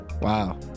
Wow